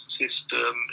system